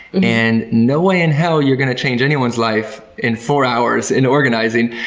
and no way in hell you're going to change anyone's life in four hours in organizing.